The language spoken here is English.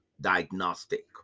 diagnostic